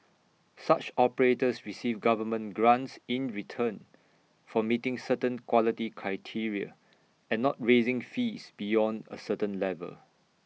such operators receive government grants in return for meeting certain quality criteria and not raising fees beyond A certain level